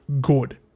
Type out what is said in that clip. good